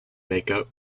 makeup